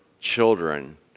children